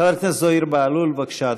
חבר הכנסת זוהיר בהלול, בבקשה,